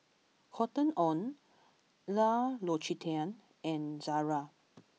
Cotton On L'Occitane and Zara